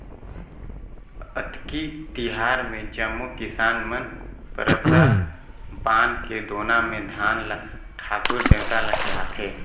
अक्ती तिहार मे जम्मो किसान मन परसा पान के दोना मे धान ल ठाकुर देवता ल चढ़ाथें